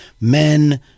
men